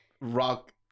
rock